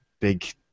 big